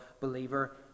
believer